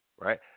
right